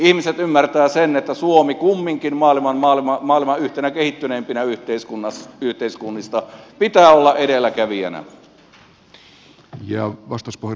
ihmiset ymmärtävät sen että suomen kumminkin yhtenä maailman kehittyneimmistä yhteiskunnista pitää olla edelläkävijänä